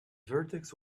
vertex